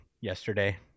yesterday